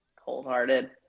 Cold-hearted